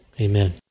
amen